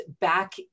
back